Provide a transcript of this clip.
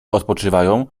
odpoczywają